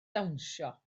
dawnsio